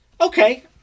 Okay